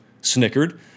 snickered